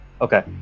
Okay